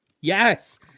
Yes